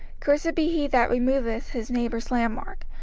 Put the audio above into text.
cursed be he that removeth his neighbour's landmark.